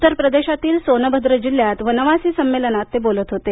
उत्तर प्रदेशातील सोनभद्र जिल्ह्यात वनवासी संमेलनात ते बोलत होते